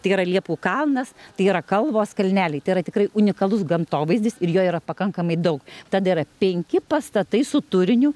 tai yra liepų kalnas tai yra kalvos kalneliai tai yra tikrai unikalus gamtovaizdis ir jo yra pakankamai daug tad yra penki pastatai su turiniu